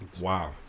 wow